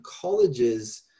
colleges